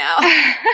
now